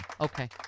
okay